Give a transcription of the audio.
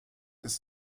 ist